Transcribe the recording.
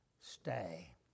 stay